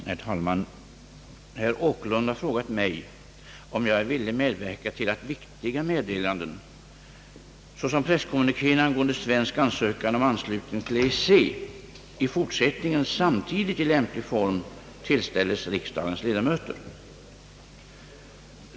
Herr talman! Herr Åkerlund har frågat mig, om jag är villig medverka till att viktiga meddelanden, såsom presskommunikén angående svensk ansökan om anslutning till EEC, i fortsättningen samtidigt i lämplig form tillställes riksdagens ledamöter.